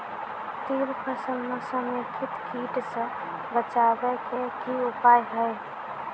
तिल फसल म समेकित कीट सँ बचाबै केँ की उपाय हय?